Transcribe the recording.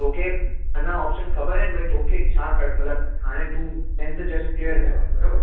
तोखे अञा ओपशंस ख़बरु आहिनि भाई तोखे छा कर मतलबु हाणे तूं टेंथ जस्ट क्लीयर कयो आहे बरोबर